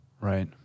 Right